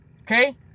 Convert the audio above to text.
Okay